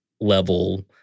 level